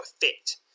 fit